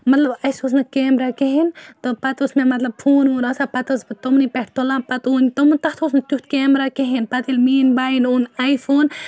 مطلب اَسہِ اوس نہٕ کیمرا کِہیٖنٛۍ تہٕ پَتہٕ اوس مےٚ مطلب فون وون آسان پَتہٕ ٲسٕس بہٕ تِمنٕے پیٚٹھٕ تُلان پَتہٕ اوٛن تٔمۍ تَتھ اوس نہٕ تِیُٛتھ کیمرا کِہیٖنٛۍ پَتہٕ ییٚلہِ میٛٲنۍ بیَن اوٛن آے فون